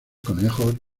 conejos